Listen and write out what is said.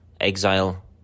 Exile